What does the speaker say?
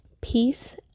peace